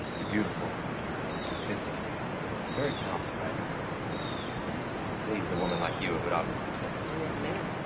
beautiful. you're sophisticated. you're a very talented writer. thank you. i mean, to please a woman like you, it would obviously take a. real man.